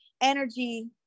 energy